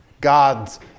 God's